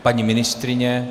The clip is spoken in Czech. Paní ministryně?